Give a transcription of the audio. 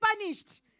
punished